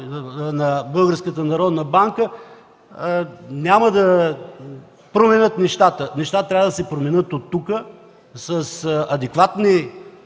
банка няма да променят нещата. Нещата трябва да се променят оттук, с адекватни